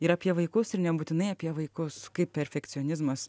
ir apie vaikus ir nebūtinai apie vaikus kaip perfekcionizmas